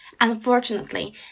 Unfortunately